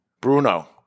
Bruno